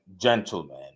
gentlemen